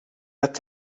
net